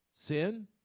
Sin